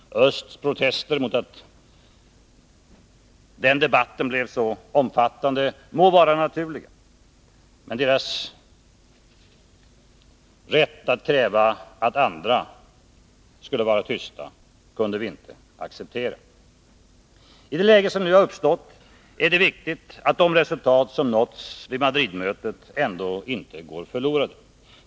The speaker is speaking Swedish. Östs protester mot att debatten blev så omfattande må vara naturliga, men deras rätt att kräva att andra skulle vara tysta kunde vi inte acceptera. I det läge som nu har uppstått är det viktigt att de resultat som nåtts vid Madridmötet ändå inte går förlorade.